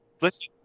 Listen